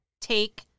take